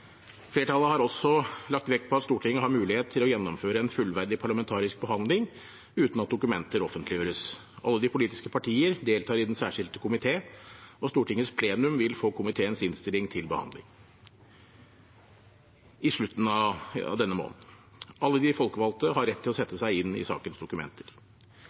Flertallet har også lagt vekt på at Stortinget har mulighet til å gjennomføre en fullverdig parlamentarisk behandling uten at dokumenter offentliggjøres. Alle de politiske partier deltar i den særskilte komité, og Stortingets plenum vil få komiteens innstilling til behandling i slutten av denne måneden. Alle de folkevalgte har rett til å sette seg inn sakens dokumenter.